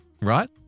right